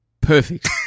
Perfect